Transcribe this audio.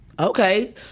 Okay